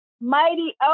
mighty